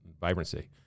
vibrancy